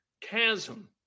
chasm